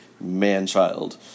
man-child